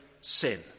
sin